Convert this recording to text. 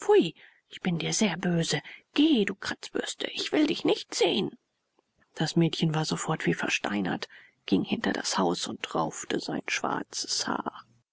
ich bin dir sehr böse geh du kratzbürste ich will dich nicht sehen das mädchen war sofort wie versteinert ging hinter das haus und raufte sein schwarzes haar